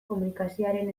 komunikazioaren